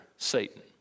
Satan